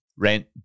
Rent